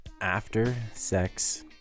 after-sex